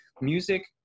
music